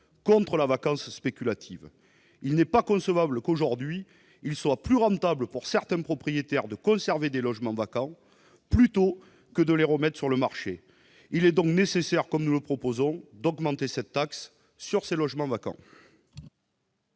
-contre la vacance spéculative. Il n'est pas concevable qu'il soit aujourd'hui plus rentable pour certains propriétaires de conserver des logements vacants plutôt que de les mettre sur le marché. Il est donc nécessaire, comme nous le proposons, d'augmenter la taxe sur ces logements vacants.